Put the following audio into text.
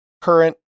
current